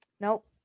Nope